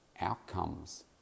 outcomes